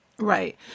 Right